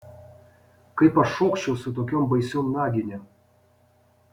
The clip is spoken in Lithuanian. kaip aš šokčiau su tokiom baisiom naginėm